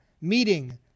meeting